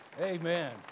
amen